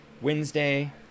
wednesday